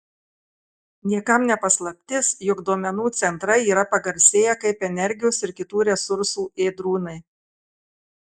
niekam ne paslaptis jog duomenų centrai yra pagarsėję kaip energijos ir kitų resursų ėdrūnai